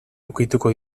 ukituko